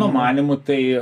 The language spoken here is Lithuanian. mano manymu tai